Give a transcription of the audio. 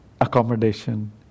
accommodation